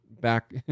back